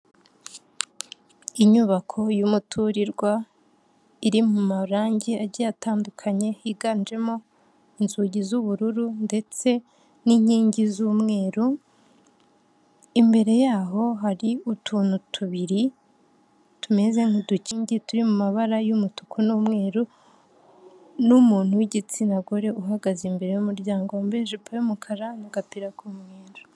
Inyubako y'umuturirwa iri mu marangi agiye atandukanye higanjemo inzugi z'ubururu ndetse n'inkingi z'umweru, imbere yaho hari utuntu tubiri tumeze nk'udukingi turi mu mabara y'umutuku n'umweru n'umuntu w'igitsina gore uhagaze imbere y'umuryango wambaye ijipo y'umukara n'agapira k'umweru.